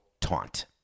taunt